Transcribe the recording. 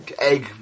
egg